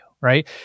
right